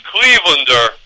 Clevelander